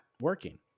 working